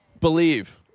Believe